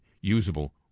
usable